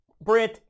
Brent